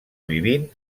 vivint